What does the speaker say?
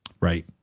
Right